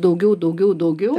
daugiau daugiau daugiau